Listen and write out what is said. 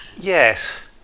Yes